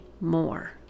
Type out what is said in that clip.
more